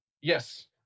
Yes